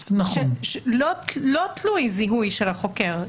לא תלוי זיהוי של החוקר.